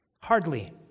Hardly